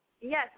Yes